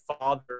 father